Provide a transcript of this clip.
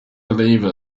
believe